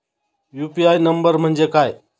UPI number म्हणजे काय?